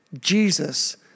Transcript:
Jesus